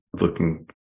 looking